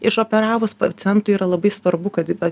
išoperavus pacientui yra labai svarbu kad va